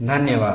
धन्यवाद